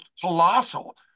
colossal